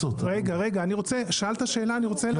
עכשיו אני רוצה רק לחדד את